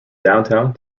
downtown